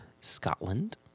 Scotland